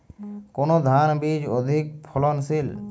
কোন ধান বীজ অধিক ফলনশীল?